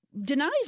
denies